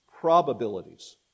Probabilities